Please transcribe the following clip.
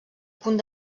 punt